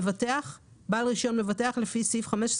"מבטח" בעל רישיון מבטח לפי סעיף 15